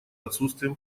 отсутствием